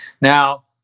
Now